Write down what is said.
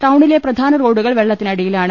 ടൌണിലെ പ്രധാന റോഡുകൾ വെള്ളത്തിനടിയിലാണ്